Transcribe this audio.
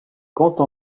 compte